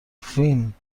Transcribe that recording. فین